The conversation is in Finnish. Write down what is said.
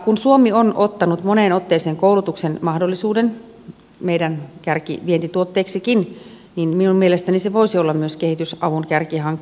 kun suomi on ottanut moneen otteeseen koulutuksen mahdollisuuden meidän kärkivientituotteeksikin niin minun mielestäni se voisi olla myös kehitysavun kärkihanke